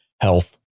health